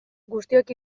guztiok